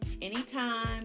anytime